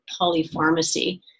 polypharmacy